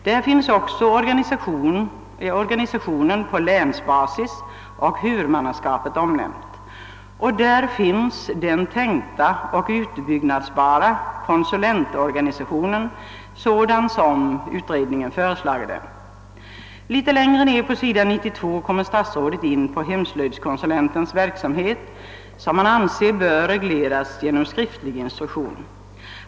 Där finns också organisationen på länsbasis och frågan om huvudmannaskapet omnämnda liksom den tänkta och utbyggbara konsulentorganisationen sådan som utredningen föreslagit den. Litet längre ned på s. 92 kommer statsrådet in på hemslöjdskonsulentens verksamhet, som han anser bör regleras genom skriftlig instruktion.